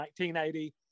1980